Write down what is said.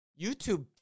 YouTube